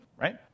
right